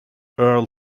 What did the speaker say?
earle